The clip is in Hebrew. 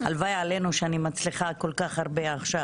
הלוואי עלינו שאני מצליחה כמו אני מצליחה עכשיו.